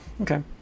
okay